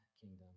kingdom